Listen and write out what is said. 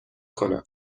کنم